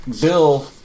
Bill